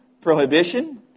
Prohibition